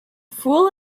fool